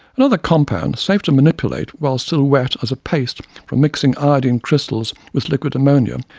another compound safe to manipulate while still wet as a paste from mixing iodine crystals with liquid ammonia,